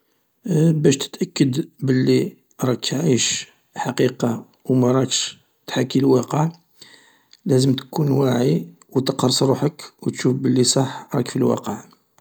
تتأكد بلي راك عايش حقيقة و مراكش تحاكي الواقع، لازم تكون واعي وتقىص روحك و تشوف بلي صح راك في الواقع.